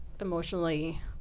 emotionally